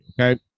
Okay